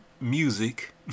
music